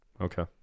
okay